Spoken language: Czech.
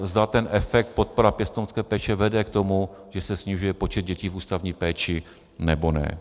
Zda ten efekt, podpora pěstounské péče vede k tomu, že se snižuje počet dětí v ústavní péči, nebo ne.